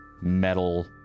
metal